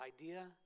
idea